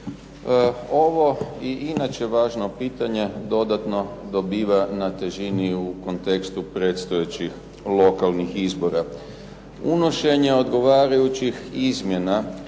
Ovo i inače važno pitanje dodatno dobiva na težini u kontekstu predstojećih lokalnih izbora. Unošenje odgovarajućih izmjena